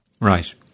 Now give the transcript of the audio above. Right